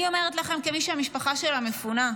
אני אומרת לכם, כמי שהמשפחה שלה מפונה,